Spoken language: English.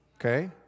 okay